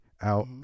out